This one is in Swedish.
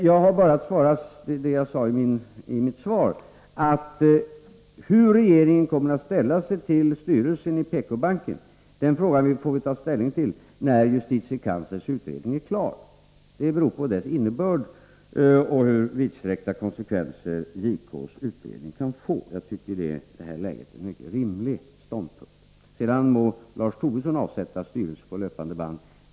Som svar på frågan hur regeringen kommer att ställa sig till styrelsen i PK-banken kan jag bara upprepa det som jag sade i mitt första svar: Vi får ta ställning när justitiekanslerns utredning är klar. Hur vi kommer att agera beror på dess innebörd och på hur vidsträckta konsekvenser JK:s utredning kan få. Jag tycker att det i detta läge är en mycket rimlig ståndpunkt. Sedan må Lars Tobisson avsätta styrelser på löpande band.